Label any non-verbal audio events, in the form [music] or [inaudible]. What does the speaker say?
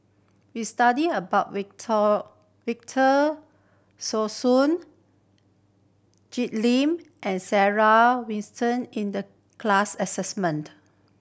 we studied about [unintelligible] Victor Sassoon Jig Lim and Sarah [unintelligible] in the class assessment